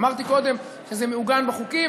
אמרתי קודם שזה מעוגן בחוקים,